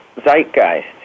zeitgeist